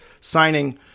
signing